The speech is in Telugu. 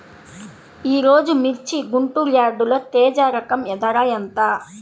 ఈరోజు మిర్చి గుంటూరు యార్డులో తేజ రకం ధర ఎంత?